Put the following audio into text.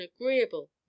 agreeable